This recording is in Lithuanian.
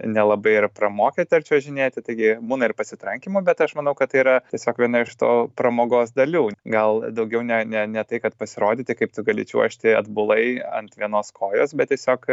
nelabai ir pramokę čiuožinėti taigi būna ir pasitrankymų bet aš manau kad tai yra tiesiog viena iš to pramogos dalių gal daugiau ne ne ne tai kad pasirodyti kaip tu gali čiuožti atbulai ant vienos kojos bet tiesiog